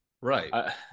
right